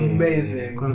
Amazing